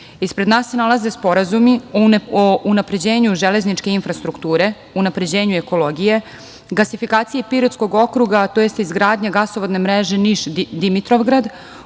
Srbiji. Ispred nas se nalaze sporazumi o unapređenju železničke infrastrukture, unapređenju ekologije, gasifikaciji Pirotskog okruga, tj. izgradnja gasovodne mreže Niš-Dimitrovgrad,